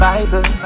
Bible